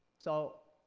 so